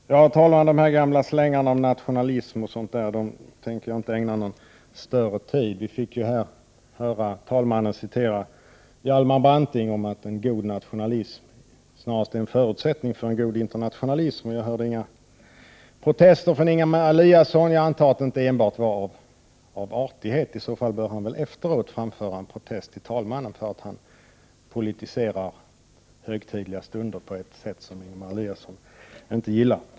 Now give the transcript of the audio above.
Sverige ock den västs Å ;; 5 - europeiska integra Fru talman! De gamla slängarna om nationalism och liknande tänker jag Honen ton inte ägna någon tid åt. Vi fick tidigare höra talmannen citera Hjalmar Branting om att en god nationalism snarast är en förutsättning för en god internationalism. Jag hörde inga protester från Ingemar Eliasson. Jag antar att det inte enbart var av artighet. Om så är fallet bör han väl efteråt framföra en protest till talmannen för att han politiserar högtidliga stunder på ett sätt som Ingemar Eliasson inte tycker om.